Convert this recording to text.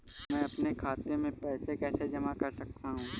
मैं अपने खाते में पैसे कैसे जमा कर सकता हूँ?